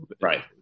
right